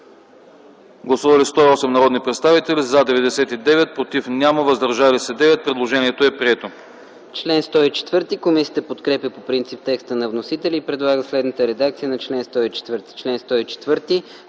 Гласували 99 народни представители: за 92, против няма, въздържали се 7. Предложението е прието.